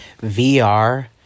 VR